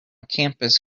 campus